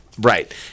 Right